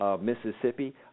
Mississippi